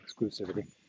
exclusivity